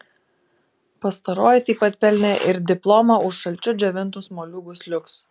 pastaroji taip pat pelnė ir diplomą už šalčiu džiovintus moliūgus liuks